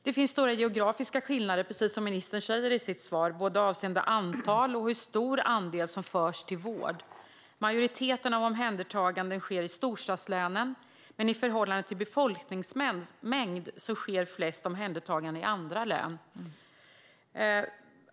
Det finns stora geografiska skillnader, precis som ministern säger i sitt svar, både avseende antal och hur stor andel som förs till vård. Majoriteten av omhändertagandena sker i storstadslänen, men i förhållande till befolkningsmängd sker flest omhändertaganden i andra län.